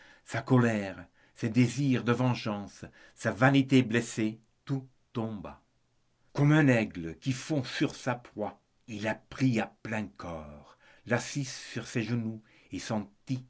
sa colère ses désirs de vengeance sa vanité blessée tout tomba comme un aigle qui fond sur sa proie il la prit à plein corps l'assit sur ses genoux et sentit